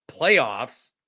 playoffs